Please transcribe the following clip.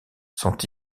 sont